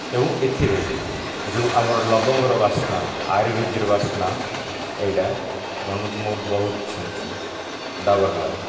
ଏବଂ ଏଥିରେ ଯେଉଁ ଆମର ଲବଙ୍ଗର ବାସ୍ନା ଆୟୁର୍ବେଦର ବାସ୍ନା ଏଇଟା ମନକୁ ମୋର ବହୁତ ଛୁଇଁଛି ଡାବର ଲାଲ